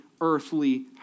earthly